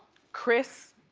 kris,